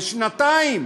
בשנתיים.